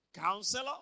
Counselor